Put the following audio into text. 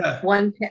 One